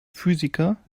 physiker